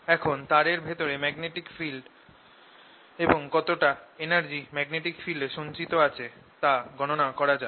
এখন তারের ভেতরে ম্যাগনেটিক ফিল্ড এবং কতটা energy ম্যাগনেটিক ফিল্ডে সঞ্চিত আছে তা গণনা করা যাক